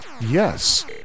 Yes